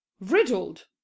riddled